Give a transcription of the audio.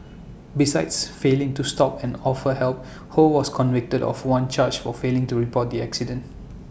besides failing to stop and offer help ho was convicted of one charge for failing to report the accident